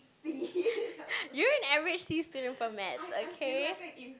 you're an average D student for maths okay